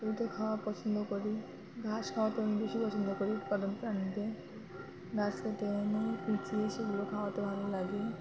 গরুতে খাওয়া পছন্দ করে ঘাস খাওয়াতে আমি বেশি পছন্দ করি কদম প্রাণীদের ঘাস কেটে এনে বিছিয়ে সেগুলো খাওয়াতে ভালো লাগে